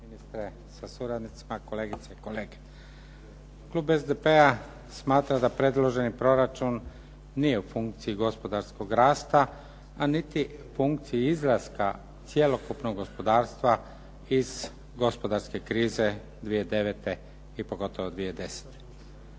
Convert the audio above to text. ministre sa suradnicima, kolegice i kolege. Klub SDP-a smatra da predloženi proračun nije u funkciji gospodarskog rasta, a niti funkciji izlaska cjelokupnog gospodarstva iz gospodarske krize 2009. i pogotovo 2010.